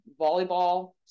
volleyball